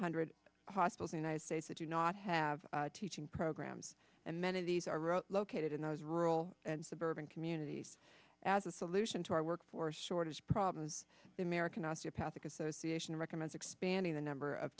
hundred hospitals united states that do not have teaching programs and many of these are located in those rural and suburban communities as a solution to our workforce shortage problem the american osteopathic association recommends expanding the number of